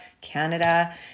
Canada